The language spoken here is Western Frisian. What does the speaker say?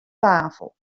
tafel